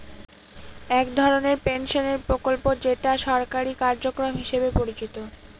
এক ধরনের পেনশনের প্রকল্প যেটা সরকারি কার্যক্রম হিসেবে পরিচিত